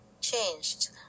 changed